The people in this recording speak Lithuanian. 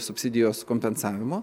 subsidijos kompensavimo